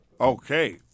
Okay